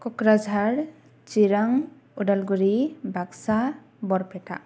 Kokrajhar Chirang Udalguri Baksa Barpeta